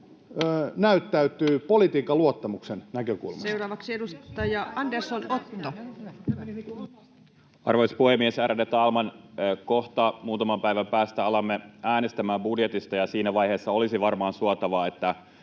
koputtaa] politiikan luottamuksen näkökulmasta? Seuraavaksi edustaja Andersson, Otto. Arvoisa puhemies, ärade talman! Kohta muutaman päivän päästä alamme äänestämään budjetista, ja siinä vaiheessa olisi varmaan suotavaa, että